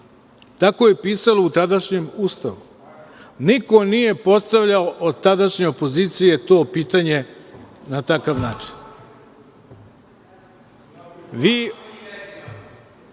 Tako je pisalo u tadašnjem Ustavu. Niko nije postavljao od tadašnje opozicije to pitanje na takav način.(Saša